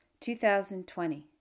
2020